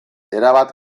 erabat